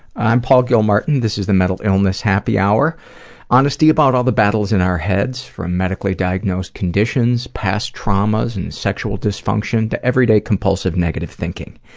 i'm paul gilmartin. this is the mental illness happy hour honesty about all the battles in our heads, from medically diagnosed conditions, past traumas, and sexual dysfunction to everyday compulsive, negative thinking.